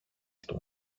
του